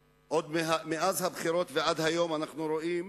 מאז הבחירות ועד היום אנחנו רואים